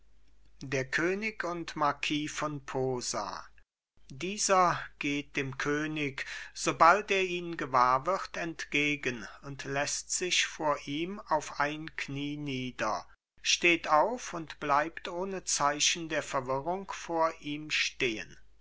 der könig und marquis von posa dieser geht dem könig sobald er ihn gewahr wird entgegen und läßt sich vor ihm auf ein knie nieder steht auf und bleibt ohne zeichen der verwirrung vor ihm stehen